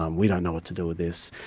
um we don't know what to do with this.